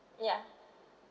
ya